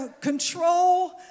control